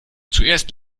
zuerst